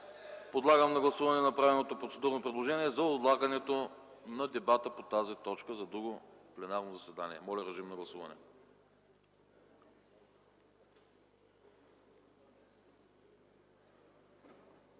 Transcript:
Подлагам на гласуване направеното процедурно предложение за отлагане дебата по тази точка за друго пленарно заседание. Моля, гласувайте.